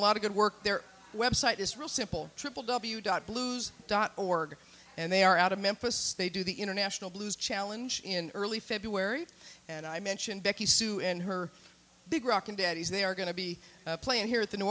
lot of good work their website is real simple triple w dot blues dot org and they are out of memphis they do the international blues challenge in early february and i mention becky sue and her big rock and daddies they are going to be playing here at the new